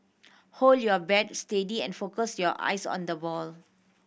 hold your bat steady and focus your eyes on the ball